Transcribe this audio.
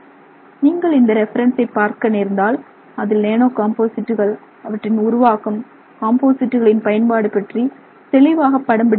நீங்கள் இந்த ரெபிரான்ஸை பார்க்க நேர்ந்தால் அதில் நானோ காம்போசிட்டுகள் அவற்றின் உருவாக்கம் காம்போசிட்டுகளின் பயன்பாடு பற்றி தெளிவாக படம்பிடித்து இருக்கிறார்கள்